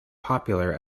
popular